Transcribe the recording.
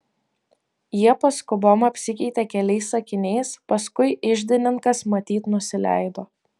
jie paskubom apsikeitė keliais sakiniais paskui iždininkas matyt nusileido